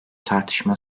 tartışma